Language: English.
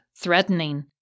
threatening